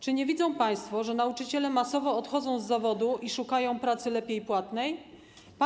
Czy nie widzą państwo, że nauczyciele masowo odchodzą z zawodu i szukają lepiej płatnej pracy?